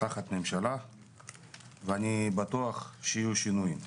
תחת ממשלה ואני בטוח שיהיו שינויים.